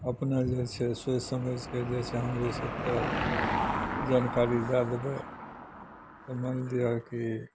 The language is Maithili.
अपने जे छै सोचि समैझ कऽ जे छै हमरो सबके जानकारी दए देबै तऽ मानि लिअ की